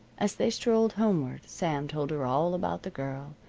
as they strolled homeward, sam told her all about the girl,